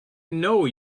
know